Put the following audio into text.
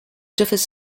differs